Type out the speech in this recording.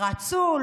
רצו,